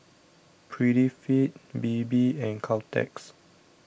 Prettyfit Bebe and Caltex